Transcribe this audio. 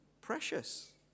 precious